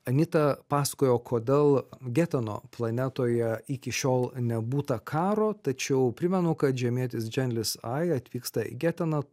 anita pasakojo kodėl geteno planetoje iki šiol nebūta karo tačiau primenu kad žemietis dženlis aja atvyksta į geteną